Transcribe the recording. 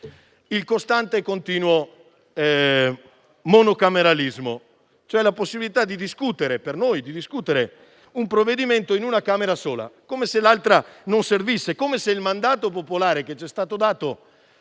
il costante e continuo monocameralismo, cioè la possibilità per noi di discutere un provvedimento in una Camera sola, come se l'altra non servisse, come se il mandato popolare che c'è stato dato